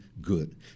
good